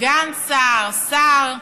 סגן שר, שר.